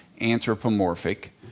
anthropomorphic